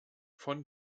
von